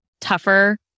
tougher